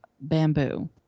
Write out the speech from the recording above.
bamboo